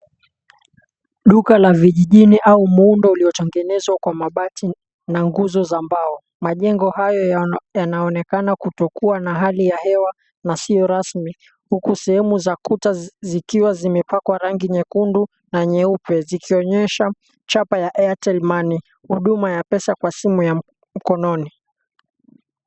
Duka la vijijini au muundo uliotengenezwa kwa mabati na nguzo za mbao. Majengo hayo yanaonekana kutokuwa na hali ya hewa na sio rasmi, huku sehemu za kuta zikiwa zimepakwa rangi nyekundu na nyeupe zikionyesha chapa ya, Airtel Money, huduma ya pesa kwa simu ya mkononi.